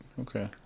okay